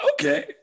Okay